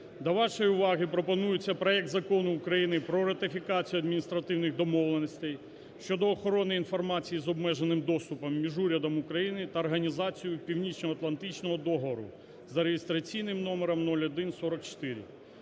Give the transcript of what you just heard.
до вашої уваги пропонується проект Закону України про ратифікацію Адміністративних домовленостей щодо охорони інформації з обмеженим доступом між урядом України та Організацією Північноатлантичного договору за реєстраційним номером 0144.